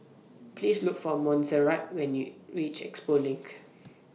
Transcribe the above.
Please Look For Monserrat when YOU REACH Expo LINK